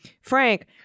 Frank